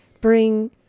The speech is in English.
bring